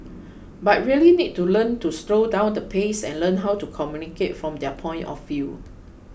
but really need to learn to slow down the pace and learn how to communicate from their point of view